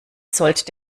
zollt